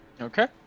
Okay